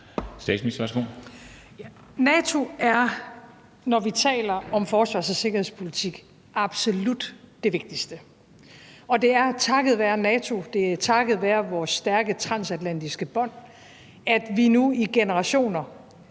NATO er, når vi taler om forsvars- og sikkerhedspolitik, absolut det vigtigste. Og det er takket være NATO, og det er takket være vores stærke transatlantiske bånd, at vi nu i generationer